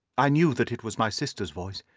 i knew that it was my sister's voice.